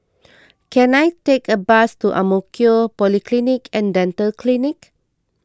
can I take a bus to Ang Mo Kio Polyclinic and Dental Clinic